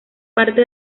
parte